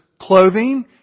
clothing